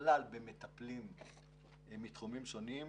ובכלל במטפלים מתחומים שונים,